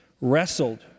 wrestled